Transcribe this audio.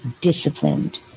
disciplined